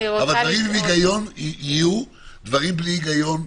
דברים עם היגיון יהיו, דברים בלי היגיון,